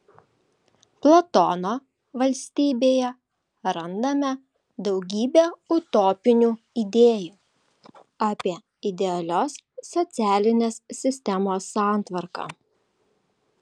platono valstybėje randame daugybę utopinių idėjų apie idealios socialinės sistemos santvarką